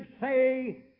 say